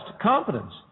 competence